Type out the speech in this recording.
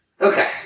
Okay